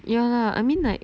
yeah lah I mean like